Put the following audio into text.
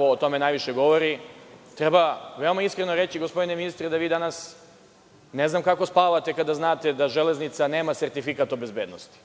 o tome najviše govori, treba iskreno reći, gospodine ministre, ne znam kako spavate kada znate da Železnica nema sertifikat o bezbednosti,